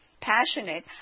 Passionate